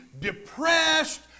depressed